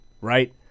right